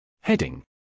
Heading